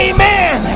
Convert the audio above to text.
Amen